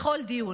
בכל דיון.